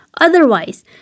Otherwise